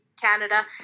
Canada